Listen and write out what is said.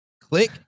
Click